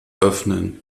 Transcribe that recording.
öffnen